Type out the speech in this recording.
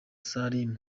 salim